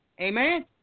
Amen